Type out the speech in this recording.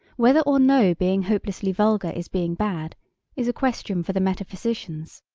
whether or no being hopelessly vulgar is being bad is a question for the metaphysicians.